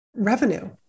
Revenue